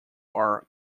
are